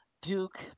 Duke